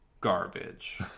garbage